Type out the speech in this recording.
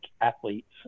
athletes